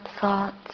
thoughts